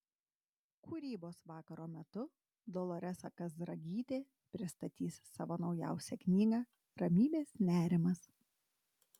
kūrybos vakaro metu doloresa kazragytė pristatys savo naujausią knygą ramybės nerimas